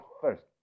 first